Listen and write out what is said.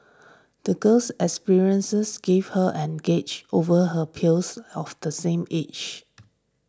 the girl's experiences gave her an over her peers of the same age